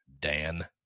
Dan